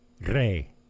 Ray